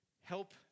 Help